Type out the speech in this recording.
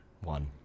One